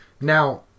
Now